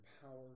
power